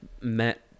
met